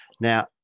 Now